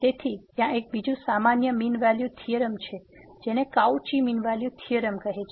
તેથી ત્યાં એક બીજું સામાન્ય મીન વેલ્યુ થીયોરમ છે જેને કાઉચી મીન વેલ્યુ થીયોરમ કહે છે